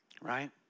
right